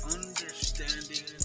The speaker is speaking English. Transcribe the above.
understanding